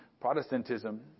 Protestantism